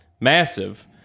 massive